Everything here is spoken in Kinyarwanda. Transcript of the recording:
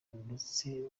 ndetse